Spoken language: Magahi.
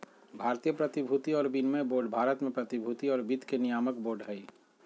भारतीय प्रतिभूति और विनिमय बोर्ड भारत में प्रतिभूति और वित्त के नियामक बोर्ड हइ